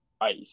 ice